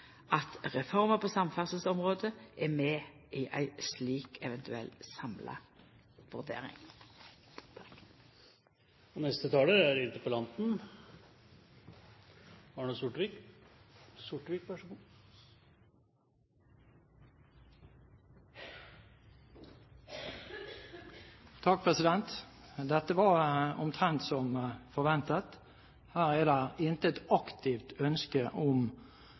at reforma på samferdselsområdet er med i ei slik eventuell samla vurdering. Dette var omtrent som forventet. Her er det intet aktivt ønske om